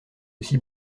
aussi